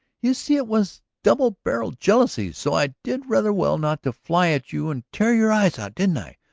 you see it was double-barrelled jealousy so i did rather well not to fly at you and tear your eyes out, didn't i?